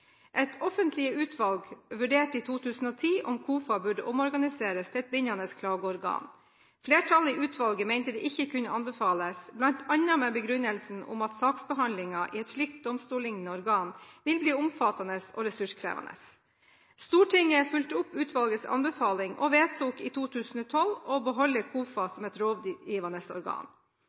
Et offentlig utvalg vurderte i 2010 om KOFA burde omorganiseres til et bindende klageorgan. Flertallet i utvalget mente det ikke kunne anbefales, bl.a. med den begrunnelse at saksbehandlingen i et slikt domstollignende organ ville bli omfattende og ressurskrevende. Stortinget fulgte opp utvalgets anbefaling og vedtok i 2012 å beholde KOFA som et